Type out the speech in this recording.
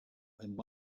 when